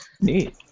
Neat